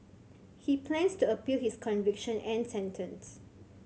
he plans to appeal his conviction and sentence